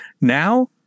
now